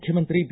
ಮುಖ್ಚಮಂತ್ರಿ ಬಿ